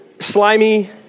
Slimy